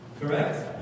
Correct